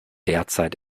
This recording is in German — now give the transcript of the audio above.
derzeit